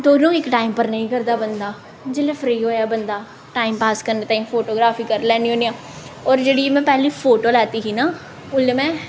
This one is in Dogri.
दौनों इक टाइम पर नेईं करदा बंदा जिसलै फ्री होऐ बंदा टाइम पास करने ताईं फोटोग्राफी करी लैन्नी होन्नी होर जेह्ड़ी में पैह्ली फोटो लैती ही ना उल्लै में